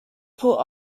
put